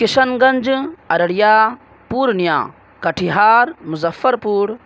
کشن گنج ارریہ پورنیہ کٹیہار مظفر پور